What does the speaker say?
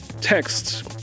text